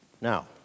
Now